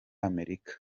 amerika